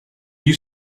you